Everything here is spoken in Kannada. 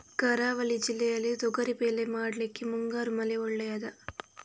ಕರಾವಳಿ ಜಿಲ್ಲೆಯಲ್ಲಿ ತೊಗರಿಬೇಳೆ ಮಾಡ್ಲಿಕ್ಕೆ ಮುಂಗಾರು ಮಳೆ ಒಳ್ಳೆಯದ?